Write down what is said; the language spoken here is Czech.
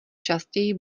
častěji